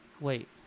wait